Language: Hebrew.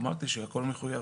אמרתי שהכל מחויב.